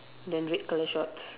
then red colour shorts